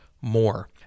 more